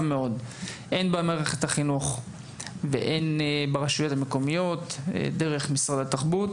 מאוד הן במערכת החינוך והן ברשויות המקומיות דרך משרד התרבות.